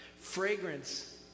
Fragrance